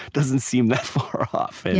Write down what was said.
doesn't seem that far off. and